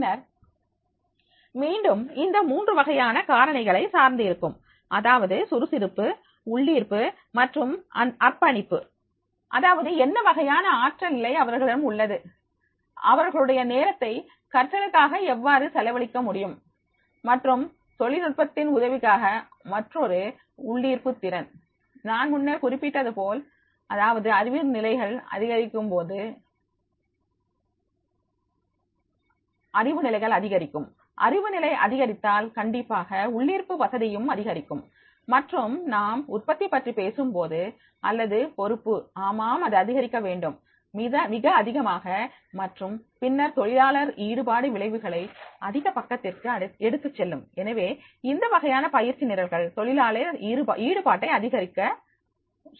பின்னர் மீண்டும் இது மூன்று வகையான காரணிகளை சார்ந்து இருக்கும் அதாவது சுறுசுறுப்பு உள்ளீர்ப்பு மற்றும் அர்ப்பணிப்பு அதாவது என்ன வகையான ஆற்றல் நிலை அவர்களிடம் உள்ளது அவர்களுடைய நேரத்தை கற்றலுக்காக எவ்வாறு செலவழிக்க முடியும் மற்றும் தொழில்நுட்பத்தின் உதவிக்காக பின்னர் உள்ளீர்ப்புத்திறன் நான் முன்னர் குறிப்பிட்டது போல் அதாவது அறிவு நிலைகள் அதிகரிக்கும் அறிவு நிலை அதிகரித்தால் கண்டிப்பாக உள்ளீர்ப்பு வசதியும் அதிகரிக்கும் மற்றும் நாம் உற்பத்தி பற்றி பேசும்போது அல்லது பொறுப்பு ஆமாம் அது அதிகரிக்கவேண்டும் மிக அதிகமாக மற்றும் பின்னர் தொழிலாளர் ஈடுபாடு விளைவுகளை அதிக பக்கத்திற்கு எடுத்து செல்லும் எனவே இந்த வகையான பயிற்சி நிரல்கள் தொழிலாளர் ஈடுபாட்டை அதிகரிக்கச் செய்யும்